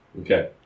Okay